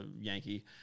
Yankee